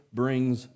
brings